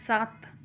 सात